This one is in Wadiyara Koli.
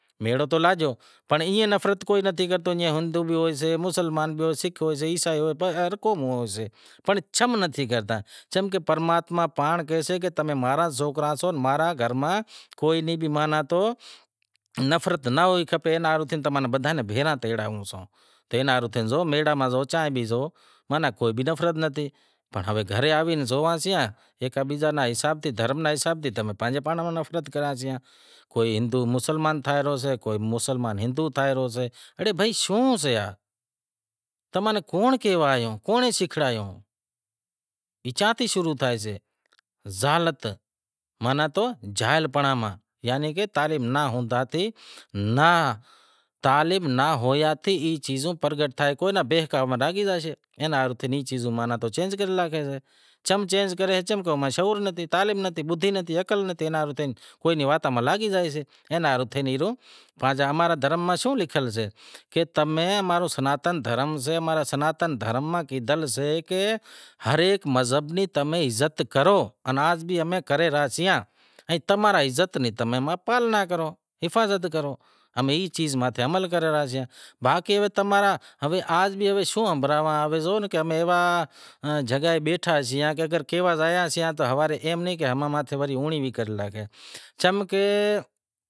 میڑو تو لاگیو پر ایئں تو نفرت کوئی نتھی کرتو، کوئی ہندو بھی ہوئیسے، مسلمان بھی ہوئیسے، سکھ بھی ہوئیسے، کرسچن بھی ہوئیسے، ہر قوم ہوئیسے پر چم نتھی کرتا؟ چم کہ پرماتما پانڑ کہیسے کہ تم ماں را سوکرا سو ماں را گھر ماں کوئی نیں ماناں تو نفرت نہ ہوئنڑ کھپت تی ناں لیوا بدہاں ناں بھیڑا تیڑائیس، میڑاں ماں بھی زو، چائیں بھی زو کائیں بھی نفرت نتھی، پنڑ گھرے آوے زوئاں سیئاں ہیکے بیزے ناں دھرم رے حساب تے پانجے پانڑ تے نفرت کرائیسیں کوئی مسلماں ہندو تھائے رو سے کوئی ہندو مسلمان تھائے رو سے اڑے بھائی شوں تماں نے کے کہیوشیکھایو؟ اے چیاں تے شروع تھیاشو؟ زالت ماناں تو جاہل پنڑا یعنی کہ تعلیم ناں ہوئے تو ای شیزوں پرگھٹ تھیں ان بیہکاوو میں لاگی زاشیں اینا ہاروں انی شیزوں چینج کریں سیں، کم چینج کریں، چم کہ تعلیم نتھی، شعور نتھی، عقل نتھی، بدہی نتھی، اینا ہاروں تھے اوئے ری واتوں ماتھے لاگی زاشیں، اینا ہاروں تھی امارے دھرم میں شوں لکھیل سے کہ تمیں امارو سناتن دھرم سے ماں رے سناتن دھرم ماں کیدھل سے کہ ہر ایک مذہب ری تمیں عزت کرو، ان آز بھی امیں کرے راسیاں ان تمارا عزت نیں تمیں پالنا کرو حفاظت کرو، امیں ای چیز متھے عمل رے راسیاں۔ باقی تمارا آز بھی شوں ہنبھراواں کہ امیں ایوا جگے بیٹھا سیاں کی اگر کیوا جائیسیاں تو کو ایں نیں کہے کہ امارے ماتھے کو اونڑیہہ ویہہ کرے لاگے۔